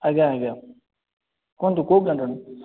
ଆଜ୍ଞା ଆଜ୍ଞା କୁହନ୍ତୁ କେଉଁ ବ୍ରାଣ୍ଡ